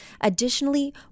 Additionally